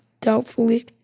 doubtfully